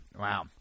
Wow